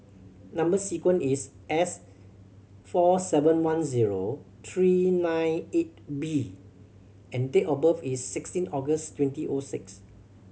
number sequence is S four seven one zero three nine eight B and date of birth is sixteen August twenty O six